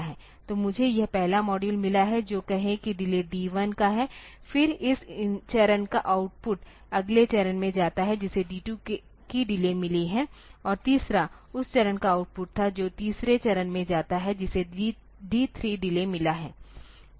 तो मुझे यह पहला मॉड्यूल मिला है जो कहे डिले D1 का है फिर इस चरण का आउटपुट अगले चरण में जाता है जिसे D 2 की डिले मिले है और तीसरा उस चरण का आउटपुट था जो तीसरे चरण में जाता है जिसे D3 डिले मिला है